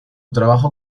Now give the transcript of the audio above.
trabajo